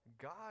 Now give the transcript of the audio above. God